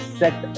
set